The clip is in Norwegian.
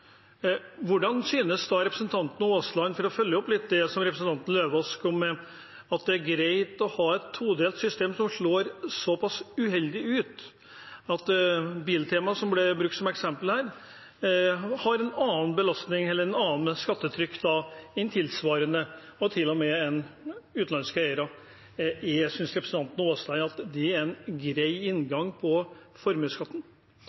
For å følge opp det som representanten Eidem Løvaas kom med: Hvordan synes representanten Aasland at det er å ha et todelt system som slår såpass uheldig ut? Biltema, som ble brukt som eksempel, har da et annet skattetrykk enn tilsvarende og til og med utenlandske eiere. Synes representanten Aasland at det er en grei innretning på formuesskatten?